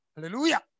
Hallelujah